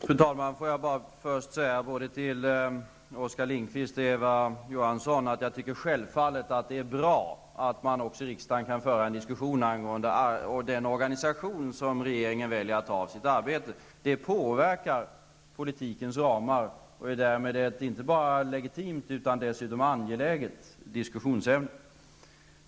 Fru talman! Jag vill först till Oskar Lindkvist och Eva Johansson säga att jag självfallet anser att det är bra att man också i riksdagen kan föra en diskussion angående den organisation som regeringen väljer att ha i sitt arbete. Det påverkar politikens ramar och är därmed ett inte bara legitimt utan dessutom angeläget diskussionsämne.